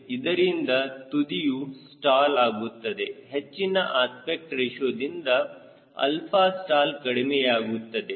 ಇದರಿಂದ ತುದಿಯು ಸ್ಟಾಲ್ ಆಗುತ್ತದೆ ಹೆಚ್ಚಿನ ಅಸ್ಪೆಕ್ಟ್ ರೇಶಿಯೋ ದಿಂದ ಆಲ್ಫಾ ಸ್ಟಾಲ್ ಕಡಿಮೆಯಾಗುತ್ತದೆ